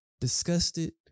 disgusted